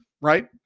Right